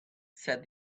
said